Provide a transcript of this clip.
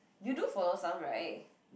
you do follow some right